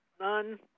None